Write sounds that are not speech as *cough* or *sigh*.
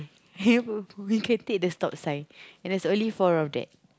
*laughs* but we can take the stop sign and there's only four of that